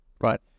Right